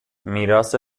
میراث